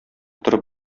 торып